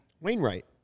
Wainwright